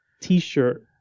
t-shirt